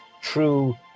true